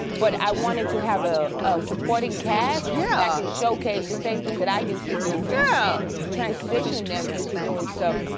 but i wanted to have a supporting cast. yeah. and showcase the same thing that i used to do. yeah. and um transition them into doing stuff.